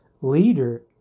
leader